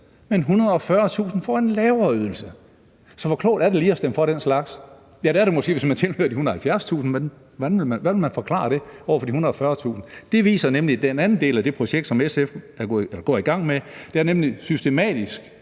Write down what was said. men 140.000 får en lavere ydelse. Så hvor klogt er det lige at stemme for den slags? Ja, det er det måske, hvis man tilhører de 170.000, men hvordan vil man forklare det over for de 140.000? Det drejer den anden del af det projekt, som SF går i gang med, sig om, nemlig systematisk